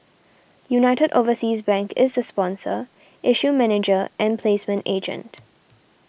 United Overseas Bank is the sponsor issue manager and placement agent